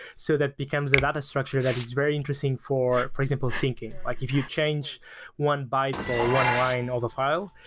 so that becomes a data structure that is very interesting for for example syncing. like if you change one byte or one line of the file,